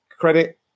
credit